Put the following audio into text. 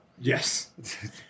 Yes